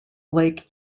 lake